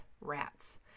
rats